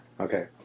Okay